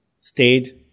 stayed